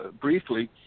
Briefly